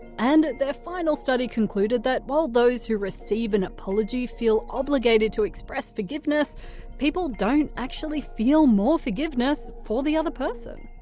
and their final study concluded that while those who receive an apology feel obligated to express forgiveness they don't actually feel more forgiveness for the the person.